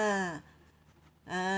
ah